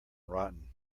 rotten